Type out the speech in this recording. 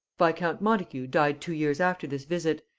viscount montagu died two years after this visit,